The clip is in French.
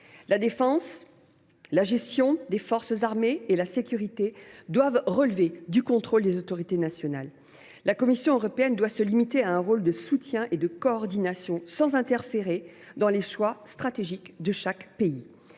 La défense, la gestion des forces armées et la sécurité doivent relever du contrôle des autorités nationales. La Commission européenne doit se limiter à un rôle de soutien et de coordination, sans interférer dans les choix stratégiques de chaque pays.